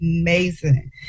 amazing